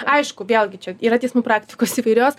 aišku vėlgi čia yra teismų praktikos įvairios